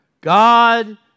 God